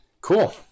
Cool